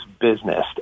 business